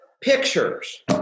pictures